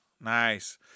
Nice